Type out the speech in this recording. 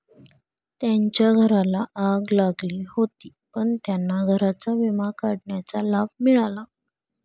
त्यांच्या घराला आग लागली होती पण त्यांना घराचा विमा काढण्याचा लाभ मिळाला